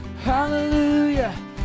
Hallelujah